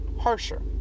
harsher